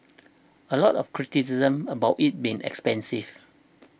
a lot of criticism about it being expensive